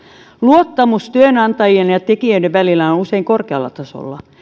luottamus työnantajien ja tekijöiden välillä on on usein korkealla tasolla